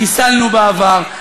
חיסלנו בעבר,